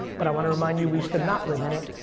but i wanna remind you, we used to not live in it,